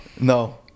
No